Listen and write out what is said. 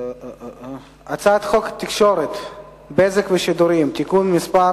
הצעת חוק התקשורת (בזק ושידורים) (תיקון מס'